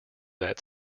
that